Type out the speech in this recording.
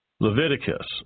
Leviticus